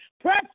press